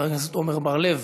חבר הכנסת עמר בר-לב,